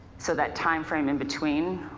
so that timeframe in between